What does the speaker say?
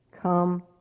Come